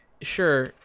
sure